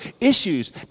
issues